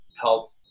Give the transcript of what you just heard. help